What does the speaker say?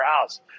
house